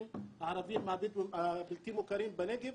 הערבים הבדואים הבלתי-מוכרים בנגב,